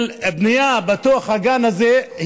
של בנייה בתוך הגן הזה,